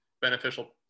beneficial